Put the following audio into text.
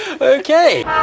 Okay